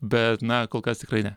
bet na kol kas tikrai ne